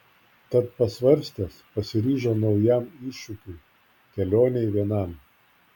tad pasvarstęs pasiryžo naujam iššūkiui kelionei vienam